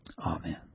Amen